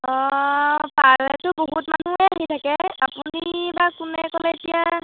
অঁ পাৰেতো বহুত মানুহেই আহি থাকে আপুনি বা কোনে ক'লে এতিয়া